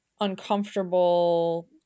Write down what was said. uncomfortable